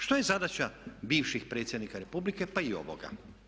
Što je zadaća bivših predsjednika Republike pa i ovoga?